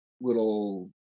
little